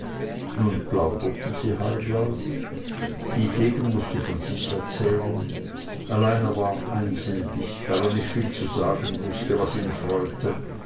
nun plauderten sie halblaut dietegen mußte von sich erzählen allein er war einsilbig weil er nicht viel zu sagen wußte was ihn freute